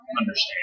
understand